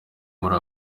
muri